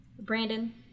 Brandon